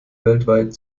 weltweit